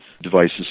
devices